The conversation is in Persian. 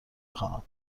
خواهم